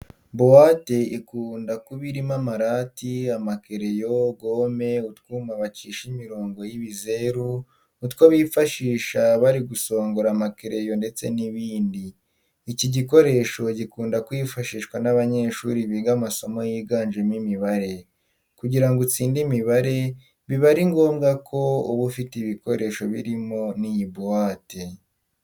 Buwate ikunda kuba irimo amarati, amakereyo, gome, utwuma bacisha imirongo y'ibizeru, utwo bifashisha bari gusongora amakereyo ndetse n'ibindi. Iki gikoresho gikunda kwifashishwa n'abanyeshuri biga amasomo yiganjemo imibare. Kugira ngo utsinde imibare biba ari ngombwa ko uba ufite ibikoresho birimo n'iyi buwate.